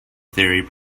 theory